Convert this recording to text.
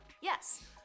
Yes